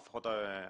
אז לפחות ארבעה.